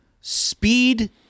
speed